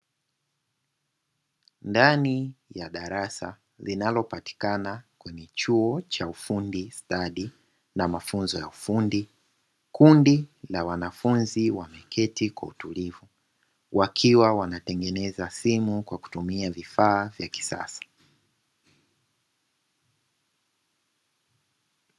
Ndani ya darasa linalopatikana katika chuo cha ufundi stadi na mafunzo ya ufundi, kundi la wanafunzi wameketi kwa utulivu wakiwa wanatengeneza simu kwa kutumia vifaa vya kisasa.